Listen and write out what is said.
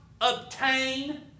obtain